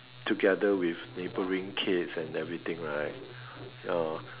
together with neighbouring kids and everything right ya